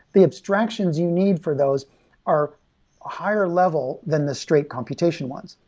the abstractions you need for those are higher level than the straight computation ones.